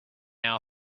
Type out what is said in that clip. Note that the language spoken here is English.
our